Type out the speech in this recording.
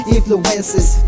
Influences